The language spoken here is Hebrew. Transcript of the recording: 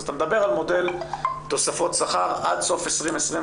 אז אתה מדבר על מודל תוספות שכר עד סוף 2021,